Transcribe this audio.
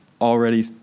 already